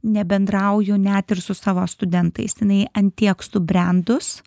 nebendrauju net ir su savo studentais jinai ant tiek subrendus